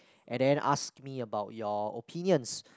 and then ask me about your opinions